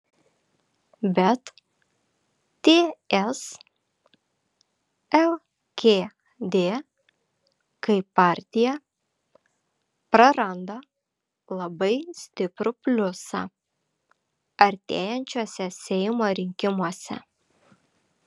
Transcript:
bet ts lkd kaip partija praranda labai stiprų pliusą artėjančiuose seimo rinkimuose